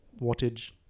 wattage